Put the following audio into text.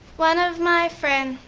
one of my friends,